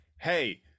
hey